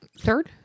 third